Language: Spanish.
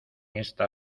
esta